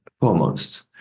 foremost